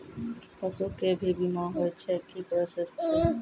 पसु के भी बीमा होय छै, की प्रोसेस छै?